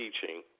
teaching